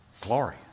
Glory